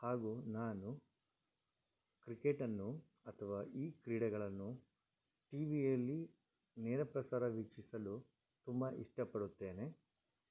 ಹಾಗು ನಾನು ಕ್ರಿಕೆಟನ್ನು ಅಥ್ವಾ ಈ ಕ್ರೀಡೆಗಳನ್ನು ಟಿವಿಯಲ್ಲಿ ನೇರಪ್ರಸಾರ ವೀಕ್ಷಿಸಲು ತುಂಬಾ ಇಷ್ಟಪಡುತ್ತೇನೆ